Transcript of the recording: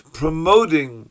promoting